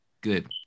Good